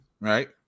right